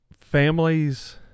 families